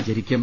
ആചരിക്കും